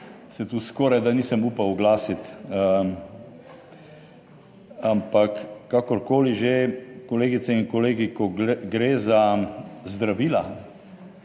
se tu skorajda nisem upal oglasiti. Ampak kakorkoli že, kolegice in kolegi, ko gre za zdravila,